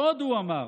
ועוד הוא אמר: